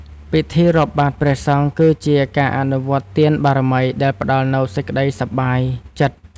ពិធីរាប់បាតព្រះសង្ឃ គឺជាការអនុវត្តទានបារមីដែលផ្តល់នូវសេចក្តីសប្បាយចិត្ត។